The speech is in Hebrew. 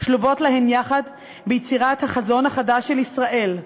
שלובות להן יחד ביצירת החזון החדש של ישראל,